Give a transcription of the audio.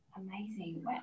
Amazing